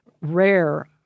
rare